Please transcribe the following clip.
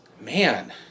Man